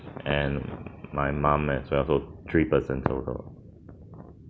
and my mom as well so three person total